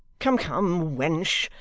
come, come, wench,